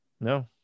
no